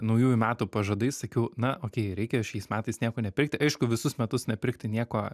naujųjų metų pažadais sakiau na okei reikia šiais metais nieko nepirkti aišku visus metus nepirkti nieko